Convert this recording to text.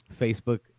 Facebook